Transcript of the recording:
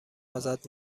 ازت